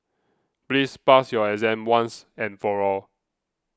please pass your exam once and for all